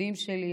הדודים שלי,